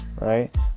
right